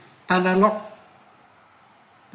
analock